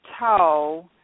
toe